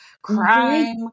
Crime